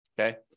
Okay